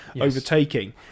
overtaking